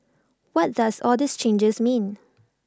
what does all these changes mean